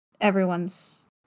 everyone's